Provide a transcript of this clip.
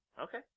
Okay